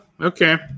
okay